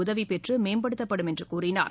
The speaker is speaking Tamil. உதவிப்பெற்றுமேம்படுத்தப்படும் என்றுகூறினார்